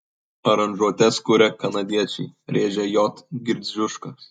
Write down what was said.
aranžuotes kuria kanadiečiai rėžė j gridziuškas